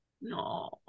No